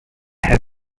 have